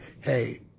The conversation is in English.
hey